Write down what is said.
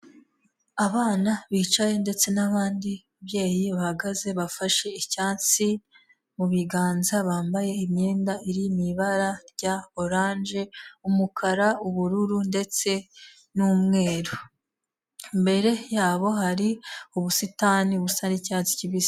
Abana bicaye ndetse n'abandi babyeyi bahagaze bafashe icyatsi mu biganza, bambaye imyenda iri mu ibara rya oranje, umukara, ubururu, ndetse n'umweru. Imbere yabo hari ubusitani busa n'icyatsi kibisi.